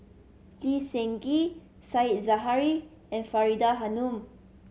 Lee Seng Gee Said Zahari and Faridah Hanum